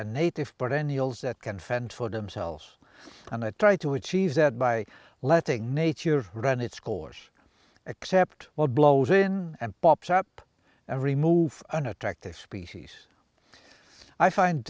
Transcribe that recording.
and native perennials that can fend for themselves and i try to achieve that by letting nature run its course accept what blows in and pops up and remove unattractive species i find